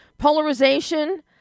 polarization